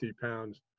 pounds